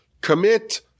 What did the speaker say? Commit